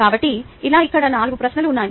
కాబట్టి ఇలా ఇక్కడ నాలుగు ప్రశ్నలు ఉన్నాయి